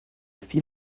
fil